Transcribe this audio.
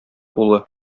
улы